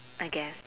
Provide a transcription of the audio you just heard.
I guess